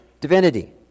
Divinity